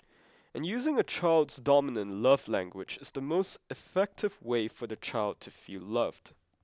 and using a child's dominant love language is the most effective way for the child to feel loved